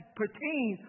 pertain